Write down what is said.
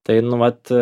tai nu vat